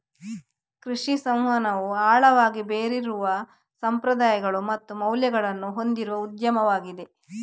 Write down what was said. ಕೃಷಿ ಸಂವಹನವು ಆಳವಾಗಿ ಬೇರೂರಿರುವ ಸಂಪ್ರದಾಯಗಳು ಮತ್ತು ಮೌಲ್ಯಗಳನ್ನು ಹೊಂದಿರುವ ಉದ್ಯಮವಾಗಿದೆ